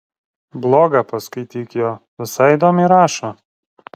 blogą paskaityk jo visai įdomiai rašo